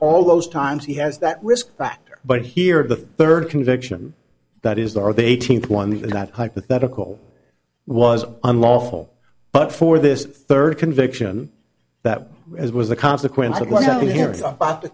all those times he has that risk factor but here the third conviction that is are the eighteenth one that hypothetical was unlawful but for this third conviction that as was a consequence of